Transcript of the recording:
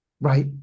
Right